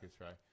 right